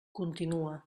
continua